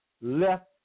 left